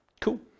Cool